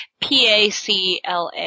PACLA